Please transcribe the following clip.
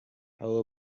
how